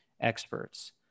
experts